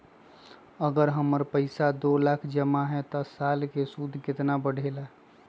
अगर हमर पैसा दो लाख जमा है त साल के सूद केतना बढेला?